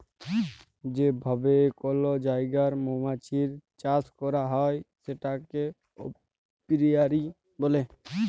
যে ভাবে কল জায়গায় মমাছির চাষ ক্যরা হ্যয় সেটাকে অপিয়ারী ব্যলে